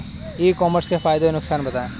ई commerce के फायदे और नुकसान बताएँ?